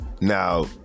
Now